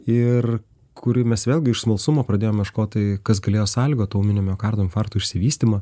ir kur mes vėlgi iš smalsumo pradėjom ieškot tai kas galėjo sąlygot tą ūminio miokardo infarkto išsivystymą